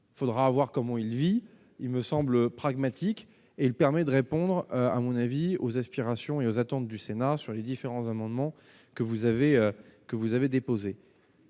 il faudra voir comment il vit, il me semble, pragmatique et elle permet de répondre à mon avis aux aspirations et aux attentes du Sénat sur les différents amendements que vous avez que